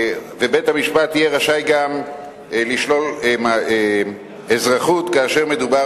ובית-המשפט יהיה רשאי גם לשלול אזרחות כאשר מדובר